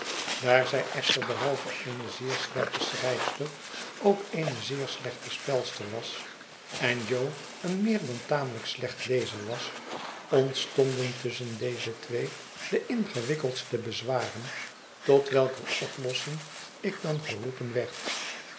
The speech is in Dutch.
daar zij echter behalve eene zeer slechte schrijfster ook eene zeer slechte spelster was en jo een meer dan tamelijk slecht lezer was ontstonden tusschen deze twee de ingewikkeldste bezwaren tot welker oplossing ik dan geroepen werd